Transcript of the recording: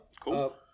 Cool